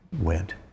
went